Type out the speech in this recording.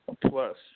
plus